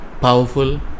Powerful